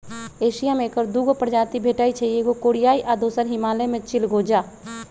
Asia में ऐकर दू गो प्रजाति भेटछइ एगो कोरियाई आ दोसर हिमालय में चिलगोजा